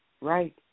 Right